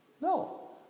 No